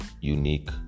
unique